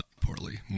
poorly